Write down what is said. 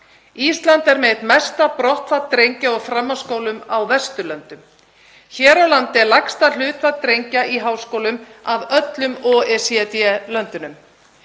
Ísland er með eitt mesta brottfall drengja úr framhaldsskólum á Vesturlöndum. Hér á landi er lægsta hlutfall drengja í háskólum af öllum OECD-löndunum.